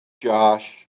Josh